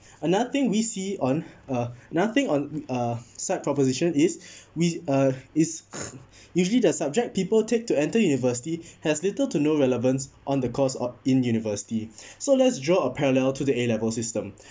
nothing we see on uh nothing on uh such proposition is we uh is usually the subject people take to enter university has little to no relevance on the course o~ in university so let's draw a parallel to the A level system